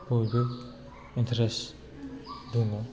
बयबो इन्टारेस्ट दङ